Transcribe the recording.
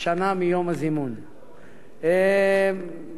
ברצוני לשאול: 1. מדוע לא נשלחו זימונים כאלה?